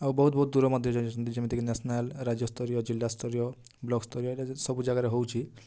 ଆଉ ବହୁତ ବହୁତ ଦୂର ମଧ୍ୟ ଯାଉଛନ୍ତି ଯେମିତି କି ନ୍ୟାସନାଲ୍ ରାଜ୍ୟସ୍ତରୀୟ ଜିଲାସ୍ତରୀୟ ବ୍ଲକ୍ ସ୍ତରୀୟରେ ସବୁ ଜାଗାରେ ହେଉଛି